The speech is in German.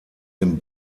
den